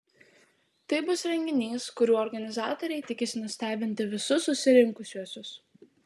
tai bus renginys kuriuo organizatoriai tikisi nustebinti visus susirinkusiuosius